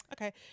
okay